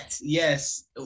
Yes